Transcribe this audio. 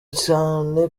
cyane